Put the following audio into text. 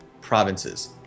provinces